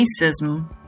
racism